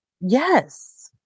Yes